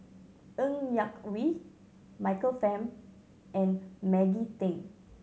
Ng Yak Whee Michael Fam and Maggie Teng